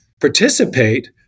participate